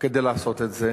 כדי לעשות את זה,